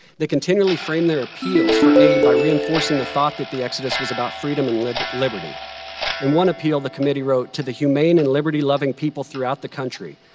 they continually framed their appeals for aid by reinforcing the thought that the exodus was about freedom and liberty. in one appeal, the committee wrote, to the humane and liberty loving people throughout the country,